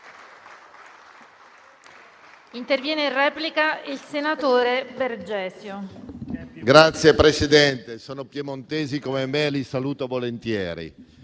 presenti sono piemontesi come me e li saluto volentieri.